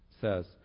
says